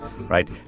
right